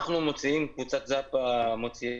קבוצת זאפה מוציאה